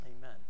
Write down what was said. Amen